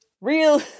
Real